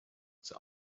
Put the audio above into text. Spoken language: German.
zur